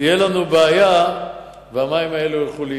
תהיה לנו בעיה והמים האלה ילכו לאיבוד,